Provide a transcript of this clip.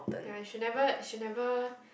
ya should never should never